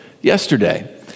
yesterday